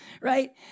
right